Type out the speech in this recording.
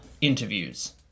Interviews